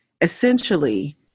essentially